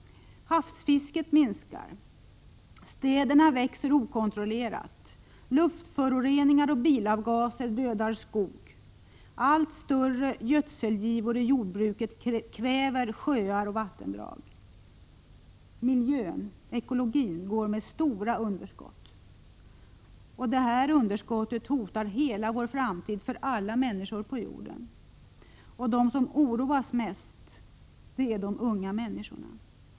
Havsfisket minskar. Städerna växer okontrollerat. Luftföroreningar och bilavgaser dödar skog. Allt större gödselgivor i jordbruket kväver sjöar och vattendrag. Miljön — ekologin — går med stora underskott. Och detta underskott hotar hela vår framtid för alla människor på jorden. De som oroas mest är de unga människorna.